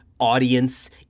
audience